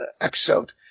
episode